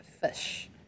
fish